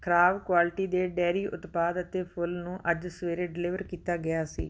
ਖਰਾਬ ਕੁਆਲਟੀ ਦੇ ਡੇਅਰੀ ਉਤਪਾਦ ਅਤੇ ਫੁੱਲ ਨੂੰ ਅੱਜ ਸਵੇਰੇ ਡਿਲੀਵਰ ਕੀਤਾ ਗਿਆ ਸੀ